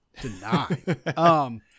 Deny